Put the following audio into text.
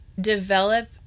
develop